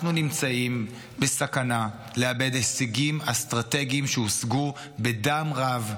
אנחנו נמצאים בסכנה לאבד הישגים אסטרטגיים שהושגו בדם רב,